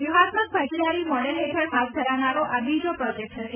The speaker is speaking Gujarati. વ્યુહાત્મક ભાગીદારી મોડેલ હેઠળ હાથ ધરાનારો આ બીજો પ્રોજેક્ટ હશે